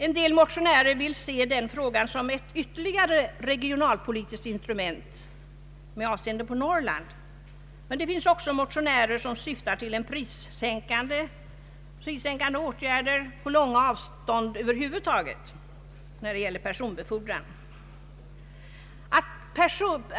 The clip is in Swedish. En del motionärer vill se denna fråga som ytterligare ett regionalpolitiskt instrument med avseende på Norrland, men det finns även motionärer som syftar till prissänkande åtgärder i fråga om personbefordran när det gäller långa avstånd över huvud taget.